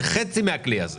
זה חצי מהכלי הזה.